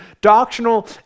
doctrinal